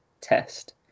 test